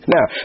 Now